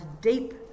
deep